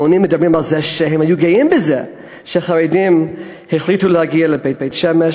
המונים מדברים על זה שהם גאים בזה שחרדים החליטו להגיע לבית-שמש,